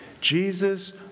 Jesus